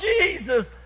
Jesus